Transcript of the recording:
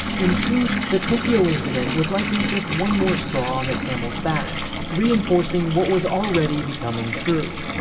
in truth, the tokyo incident was likely just one more straw on the camel's back reinforcing what was already becoming true.